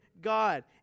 God